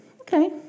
okay